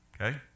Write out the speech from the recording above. okay